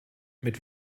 mit